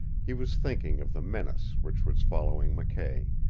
he was thinking of the menace which was following mckay,